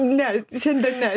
ne šiandien ne